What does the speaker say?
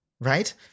right